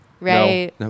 Right